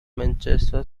manchester